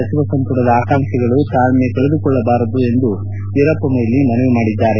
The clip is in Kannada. ಸಚಿವ ಸಂಪುಟದ ಆಕಾಂಕ್ಷಿಗಳು ತಾಳ್ಮೆ ಕಳೆದುಕೊಳ್ಳಬಾರದೆಂದು ವೀರಪ್ಪಮೊಯ್ಲಿ ಮನವಿ ಮಾಡಿದರು